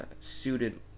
suited